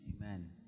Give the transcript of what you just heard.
Amen